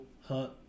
hunt